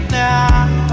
now